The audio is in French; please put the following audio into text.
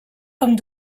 comme